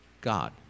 God